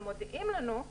ומודיעים לנו,